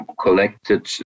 collected